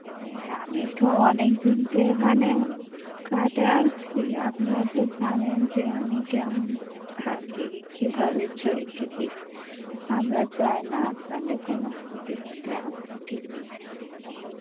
অ্যাঁ আমি তো অনেক দিন থেকে এখানে গাডে আছি আপনারা তো জানেন যে আমি কেমন থাকি কীভাবে চরকি দিই আমরা চাই না আপনাদের কোনো ক্ষতি হতে আমরা ঠিক মতো হবে